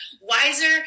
Wiser